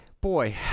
Boy